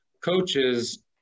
coaches